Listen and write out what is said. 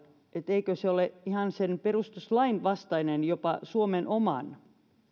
eikö se ole ihan eun perustuslain vastaista ja jopa suomen oman